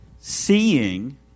Seeing